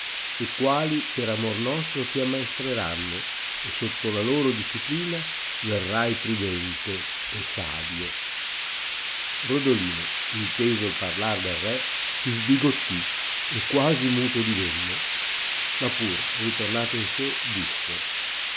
e quali per amor nostro ti ammaestra no e sotto la loro disciplina verrai prudente e savio rodolino inteso il parlar del re si sbigottì e quasi muto divenne ma pur ritornato in sé disse